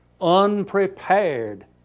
unprepared